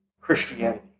Christianity